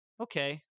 Okay